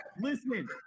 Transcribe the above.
listen